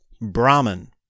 Brahman